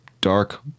dark